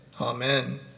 Amen